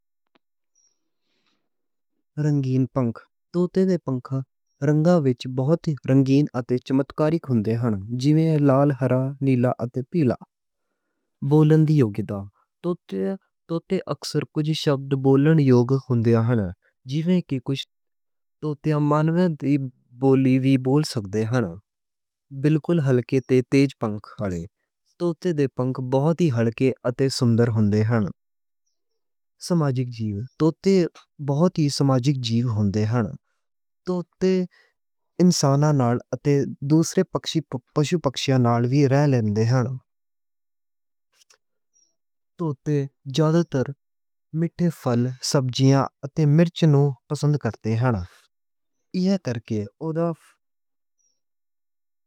رنگین پنکھ توتے دے پنکھ رنگاں وچ بہت رنگین اتے چمکدار ہندے ہن، جی میں لال، ہرا، نیلا اتے پیلا۔ توتے اکثر کئی شبد بولن یوگ ہندے ہن۔ جی میں کہ کچھ توتے انساناں دی بولی وی بول سکدے ہن۔ بالکل ہلکے پنکھ ہن۔ توتے دے پنکھ بہت ہلکے اتے سندر ہندے ہن۔ سماجک جیوں توتے بہت سماجک جیوں ہندے ہن۔ توتے انساناں نال اتے دوجے پشو پکشیان نال وی رہ لیندے ہن۔ توتے مٹھے پھل، سبجیاں اتے مرچ نوں پسند کردے ہن۔ ایہ کرکے آف۔